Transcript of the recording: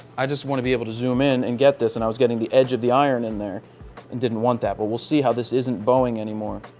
i just want to be able to zoom in and get this and i was getting the edge of the iron in there and didn't want that, but we'll see how this isn't boeing anymore.